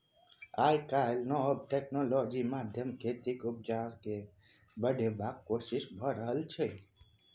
आइ काल्हि नब टेक्नोलॉजी माध्यमसँ खेतीक उपजा केँ बढ़ेबाक कोशिश भए रहल छै